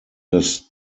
dass